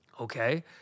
okay